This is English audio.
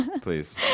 Please